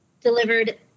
delivered